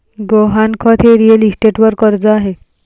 गहाणखत हे रिअल इस्टेटवर कर्ज आहे